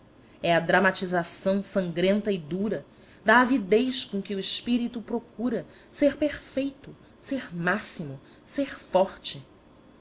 é a dramatização sangrenta e dura da avidez com que o espírito procura ser perfeito ser máximo ser forte